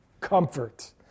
Comfort